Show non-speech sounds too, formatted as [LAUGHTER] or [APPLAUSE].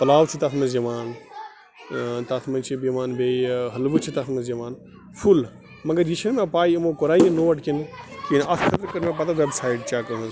پَلاو چھِ تَتھ منٛز یِوان تَتھ منٛز چھِ یِوان بیٚیہِ حٔلوٕ چھِ تَتھ منٛز یِوان فُل مگر یہِ چھُنہٕ مےٚ پَے یِمو کوٚرا یہِ نوٹ کِنہٕ یہِ اَتھ خٲطرٕ کٔر مےٚ پَتہٕ وٮ۪بسایِٹ چَک [UNINTELLIGIBLE]